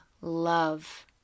love